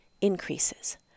increases